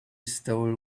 stole